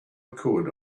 could